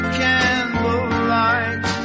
candlelight